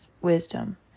wisdom